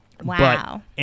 Wow